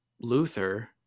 Luther